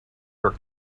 her